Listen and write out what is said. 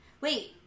Wait